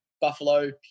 buffalo